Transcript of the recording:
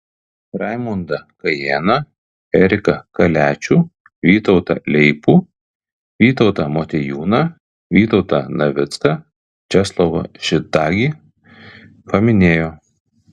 raimondą kajėną eriką kaliačių vytautą leipų vytautą motiejūną vytautą navicką česlovą šidagį paminėjo